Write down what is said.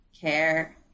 care